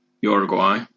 Uruguay